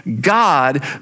God